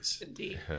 indeed